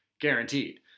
Guaranteed